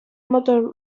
motor